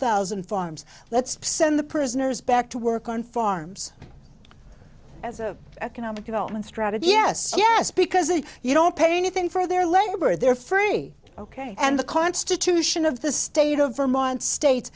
thousand farms let's send the prisoners back to work on farms as a economic development strategy yes yes because if you don't pay anything for their labor they're furry ok and the constitution of the state of vermont states